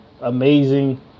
amazing